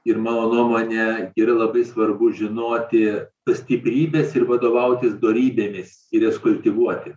ir mano nuomone yra labai svarbu žinoti tas stiprybes ir vadovautis dorybėmis ir jas kultivuoti